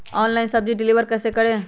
Online सब्जी deliver कैसे करें?